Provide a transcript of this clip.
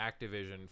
activision